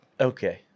Okay